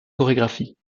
chorégraphies